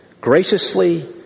graciously